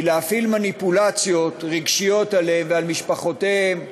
כי להפעיל מניפולציות רגשיות עליהם ועל משפחותיהם,